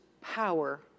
power